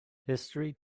history